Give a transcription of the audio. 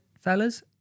fellas